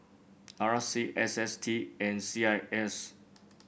R C S S T and C I S